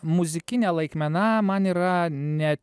muzikinė laikmena man yra ne